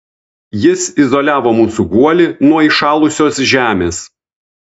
jis izoliavo mūsų guolį nuo įšalusios žemės